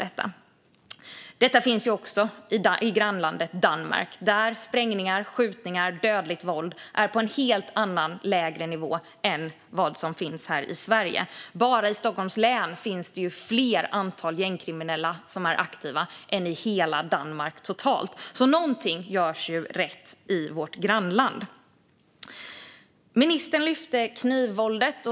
Detta finns också i grannlandet Danmark, där sprängningar, skjutningar och dödligt våld är på en helt annan, lägre nivå än här i Sverige. Bara i Stockholms län finns fler aktiva gängkriminella än i hela Danmark totalt. Något görs alltså rätt i vårt grannland. Ministern lyfte knivvåldet.